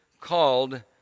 called